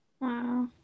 Wow